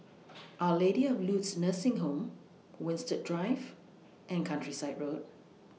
Our Lady of Lourdes Nursing Home Winstedt Drive and Countryside Road